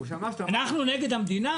אנחנו נגד המדינה?